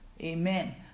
Amen